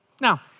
Now